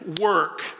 work